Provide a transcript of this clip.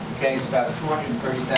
it's about two hundred and thirty